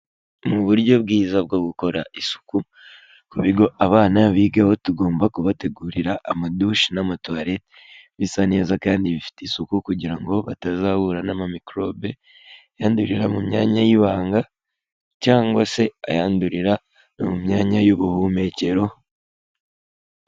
Mu buryo bwiza bwo gukora isuku ku bigo, abana bigaho tugomba kubategurira amadushe n'amatuarete bisa neza kandi bifite isuku, kugira ngo batazahura n'amamikorobe yandurira mu myanya y'ibanga cyangwa se ayandurira no mu myanya y'ubuhumekero.